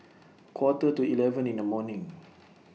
A Quarter to eleven in The morning